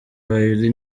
rallye